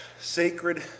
sacred